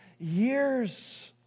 years